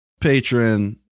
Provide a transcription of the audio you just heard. patron